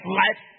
life